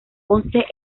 once